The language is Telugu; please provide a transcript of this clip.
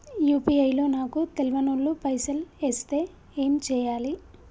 యూ.పీ.ఐ లో నాకు తెల్వనోళ్లు పైసల్ ఎస్తే ఏం చేయాలి?